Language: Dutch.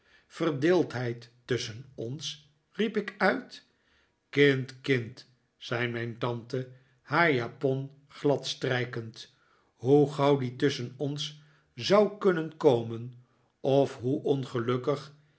verdeeldheid tusschen ons riep ik uit kind kind zei mijn tante haar japon gladstrijkend hoe gauw die tusschen ons zou kunnen komen of hoe ongelukkig